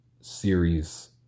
series